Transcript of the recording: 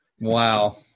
Wow